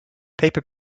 paper